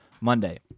Monday